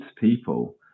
people